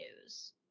news